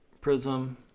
prism